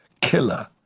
killer